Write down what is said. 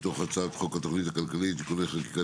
מתוך הצעת חוק התוכנית הכלכלית (תיקוני חקיקה